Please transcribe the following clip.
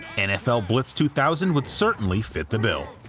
nfl blitz two thousand would certainly fit the bill.